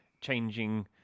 changing